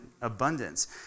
abundance